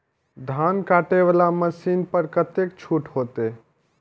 धान कटे वाला मशीन पर कतेक छूट होते?